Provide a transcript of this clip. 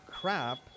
crap